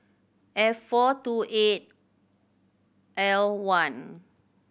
F four two eight L one